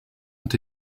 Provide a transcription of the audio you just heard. ont